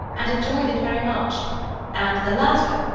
and enjoyed it very much and the latter,